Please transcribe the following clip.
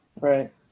Right